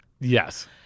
yes